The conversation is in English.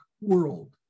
world